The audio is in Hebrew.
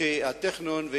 הטכניון,